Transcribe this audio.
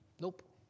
Nope